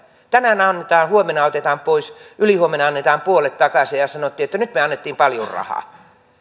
tänään annetaan huomenna otetaan pois ylihuomenna annetaan puolet takaisin ja ja sanotaan että nyt me annoimme paljon rahaa